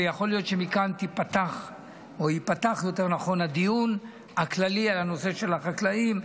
ויכול להיות שמכאן ייפתח הדיון הכללי על הנושא של החקלאים.